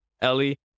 ellie